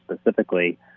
specifically